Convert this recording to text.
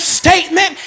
statement